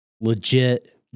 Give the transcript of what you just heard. legit